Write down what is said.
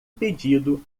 pedido